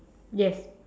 yes